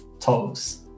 Toes